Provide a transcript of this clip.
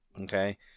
Okay